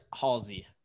Halsey